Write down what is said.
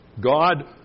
God